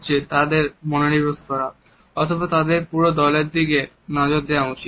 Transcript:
শুধুমাত্র তার দিকে মনোনিবেশ করা অথবা তাদের পুরো দলের দিকে নজর দেওয়া উচিত